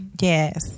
Yes